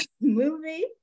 Movie